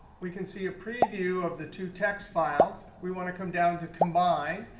we can see a preview of the two txt files. we want to come down to combine.